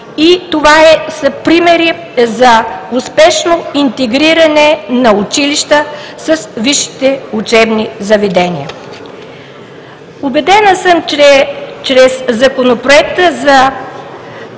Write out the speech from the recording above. Това са примери за успешно интегриране на училища с висшите учебни заведения. Убедена съм, че чрез Законопроекта за